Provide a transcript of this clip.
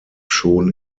schon